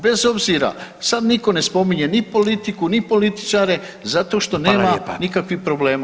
Bez obzira sad nitko ne spominje ni politiku, ni političare zato što nema nikakvih problema.